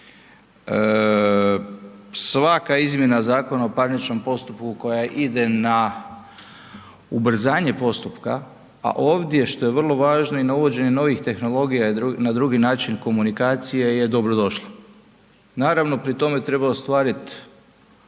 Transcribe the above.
Svaka izmjena ZPP-a koja ide na ubrzanje postupka a ovdje što je vrlo važno i na uvođenje novih tehnologija i na drugi način komunikacije je dobrodošlo. Naravno pri tome treba ostvarit